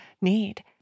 need